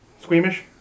Squeamish